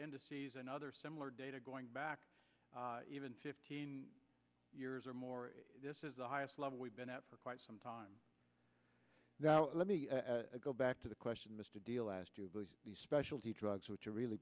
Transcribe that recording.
indices and other similar data going back even fifteen years or more this is the highest level we've been at for quite some time now let me go back to the question mr deal as to the specialty drugs which are really